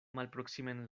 malproksimen